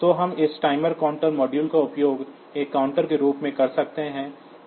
तो हम इस टाइमर काउंटर मॉड्यूल का उपयोग एक काउंटर के रूप में भी कर सकते हैं